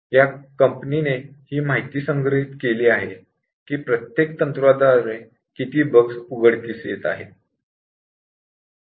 या कंपनीने प्रत्येक टेक्निक द्वारे किती बग्स उघडकीस येत आहेत हि माहिती संग्रहित केली आहे